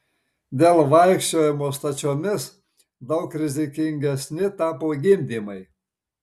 dėl vaikščiojimo stačiomis daug rizikingesni tapo gimdymai